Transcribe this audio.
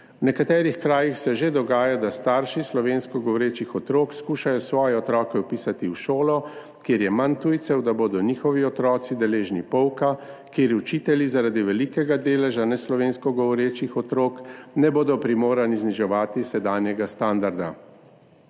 V nekaterih krajih se že dogaja, da starši slovensko govorečih otrok skušajo svoje otroke vpisati v šolo, kjer je manj tujcev, da bodo njihovi otroci deležni pouka, kjer učitelji zaradi velikega deleža neslovensko govorečih otrok ne bodo primorani zniževati sedanjega standarda.